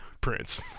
Prince